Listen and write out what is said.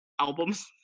albums